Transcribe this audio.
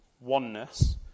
oneness